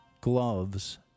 Gloves